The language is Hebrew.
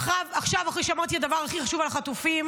ועכשיו אחרי שאמרתי את הדבר הכי חשוב, על החטופים,